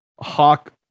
Hawk